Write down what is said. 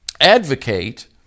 advocate